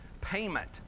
payment